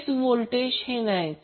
phase voltage नाहीत